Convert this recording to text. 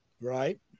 Right